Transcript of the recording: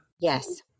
Yes